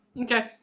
Okay